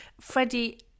Freddie